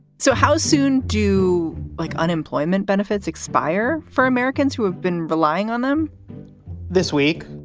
so how soon do like unemployment benefits expire for americans who have been relying on them this week?